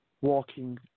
Walking